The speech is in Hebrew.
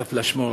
את הפלאשמורה.